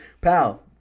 Pal